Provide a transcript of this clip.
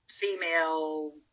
female